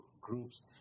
groups